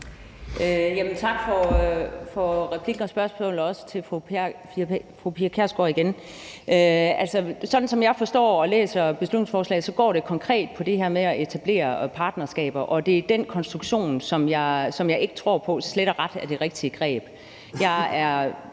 for replikken og spørgsmålet. Altså, sådan som jeg forstår og læser beslutningsforslaget, går det konkret på det her med at etablere partnerskaber, og det er den konstruktion, som jeg slet og ret ikke tror på er det rigtige greb.